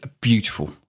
beautiful